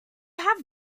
have